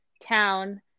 town